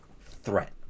threat